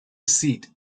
seat